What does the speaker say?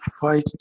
fight